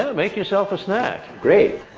ah make yourself a snack. great.